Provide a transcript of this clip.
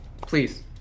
please